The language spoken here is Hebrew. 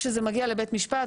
כשזה מגיע לבית המשפט,